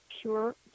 pure